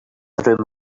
through